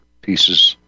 pieces